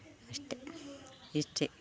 ಅಷ್ಟೆ ಇಷ್ಟೆ